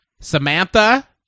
samantha